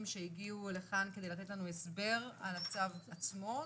שהגיעו לכאן כדי לתת לנו הסבר על הצו עצמו.